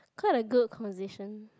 quite a good conversation